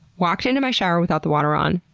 walked into my shower without the water on,